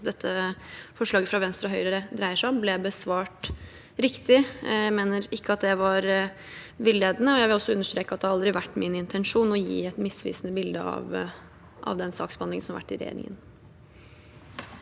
dette forslaget fra Venstre og Høyre dreier seg om, ble besvart riktig. Jeg mener ikke at det var villedende. Jeg vil også understreke at det aldri har vært min intensjon å gi et misvisende bilde av den saksbehandlingen som har vært i regjeringen.